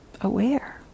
aware